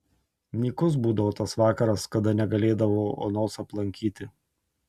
nykus būdavo tas vakaras kada negalėdavau onos aplankyti